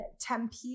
Tempe